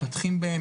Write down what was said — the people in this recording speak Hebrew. מתפתחים בהן,